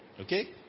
Okay